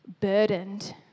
burdened